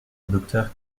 docteur